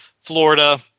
Florida